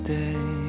day